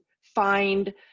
find